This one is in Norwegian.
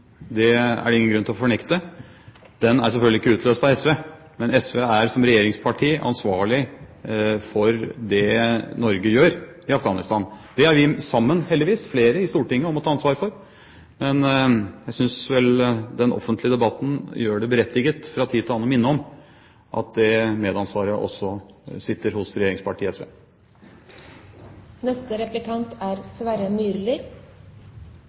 det er det ingen grunn til å fornekte. Den er selvfølgelig ikke utløst av SV, men SV er som regjeringsparti ansvarlig for det Norge gjør i Afghanistan. Det er vi i Stortinget heldigvis sammen om å ta ansvar for, men jeg synes vel den offentlige debatten gjør det berettiget fra tid til annen å minne om at det medansvaret også sitter hos regjeringspartiet SV. Det er